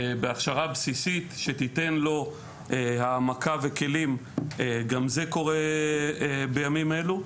שתתן להם העמקה וכלים, קורית בימים אלה.